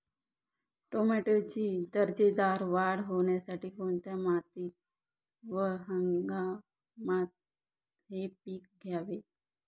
टोमॅटोची दर्जेदार वाढ होण्यासाठी कोणत्या मातीत व हंगामात हे पीक घ्यावे?